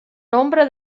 nombre